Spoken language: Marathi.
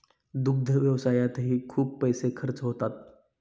दुग्ध व्यवसायातही खूप पैसे खर्च होतात